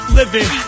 living